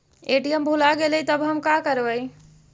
ATM भुला गेलय तब हम काकरवय?